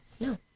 No